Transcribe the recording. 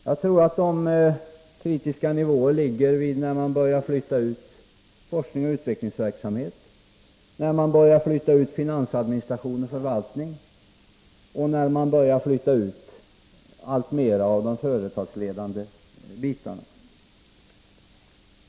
Jag tror att sådana kritiska nivåer uppnås när man börjar flytta ut forskningsoch utvecklingsverksamhet, när man börjar flytta ut finansadministration och förvaltning och när man börjar flytta ut alltmera av de företagsledande funktionerna.